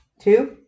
two